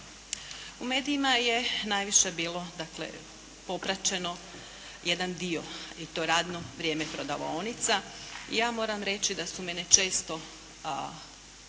U medijima je najviše bilo dakle jedan dio i to radno vrijeme prodavaonica. Ja moram reći da su mene često